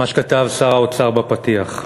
מה שכתב שר האוצר בפתיח.